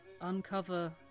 uncover